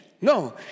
No